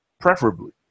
preferably